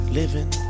living